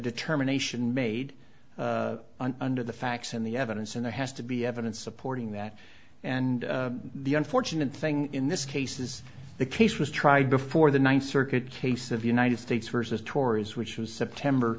determination made under the facts and the evidence and there has to be evidence supporting that and the unfortunate thing in this case is the case was tried before the ninth circuit case of united states versus tories which was september